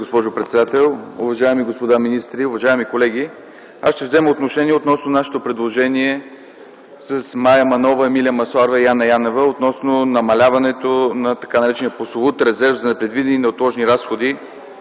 госпожо председател. Уважаеми господа министри, уважаеми колеги! Ще взема отношение относно нашето предложение с Мая Манолова, Емилия Масларова и Анна Янева относно намаляването на тъй наречения прословут резерв за предвидени неотложни разходи